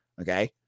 Okay